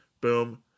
boom